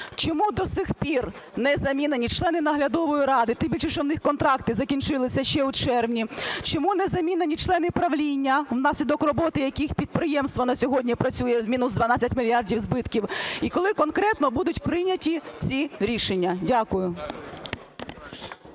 Чому до сих пір не замінені члени наглядової ради, тим більше, що в них контракти закінчилися ще в червні? Чому не замінені члени правління, внаслідок роботи яких підприємство на сьогодні працює – мінус 12 мільярдів збитків? І коли конкретно будуть прийняті ці рішення? Дякую.